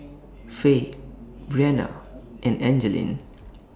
Fay Breana and Angeline